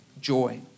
joy